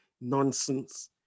nonsense